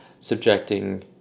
subjecting